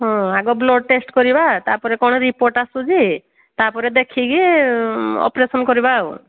ହଁ ଆଗ blood test କରିବା ତାପରେ କ'ଣ ରିପୋର୍ଟ୍ ଆସୁଛି ତାପରେ ଦେଖିକି ଅପରେସନ୍ କରିବା ଆଉ